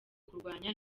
kurwanya